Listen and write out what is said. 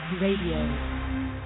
RADIO